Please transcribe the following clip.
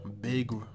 big